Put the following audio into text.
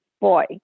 boy